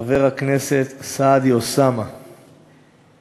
חבר הכנסת אוסאמה סעדי,